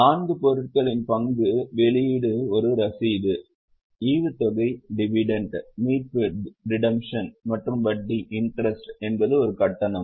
நான்கு பொருட்களின் பங்கு வெளியீடு ஒரு ரசீது ஈவுத்தொகை மீட்பு மற்றும் வட்டி என்பது ஒரு கட்டணம்